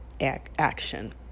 action